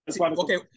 Okay